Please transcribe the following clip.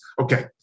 Okay